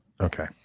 Okay